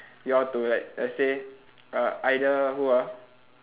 y'all to like let's say uh either who ah